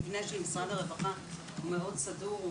המבנה של משרד הרווחה הוא מאוד סדור,